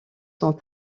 sont